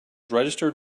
registered